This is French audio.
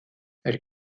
elle